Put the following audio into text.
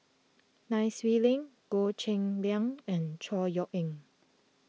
Nai Swee Leng Goh Cheng Liang and Chor Yeok Eng